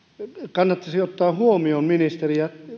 kannattaisi ottaa huomioon ministeri